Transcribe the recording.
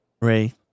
Ray